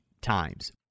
times